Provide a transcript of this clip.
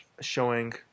showing